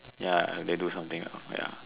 ya they do something ya